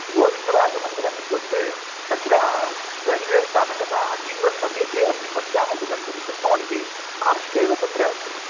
गोविन्दराजमन्दिरमित्युक्ते तत्र रैल्वेस्थानकतः अतीव समीपे अस्ति पद्भ्यामपि गन्तुं शक्नुवन्ति पार्श्वे एव तत्र अस्ति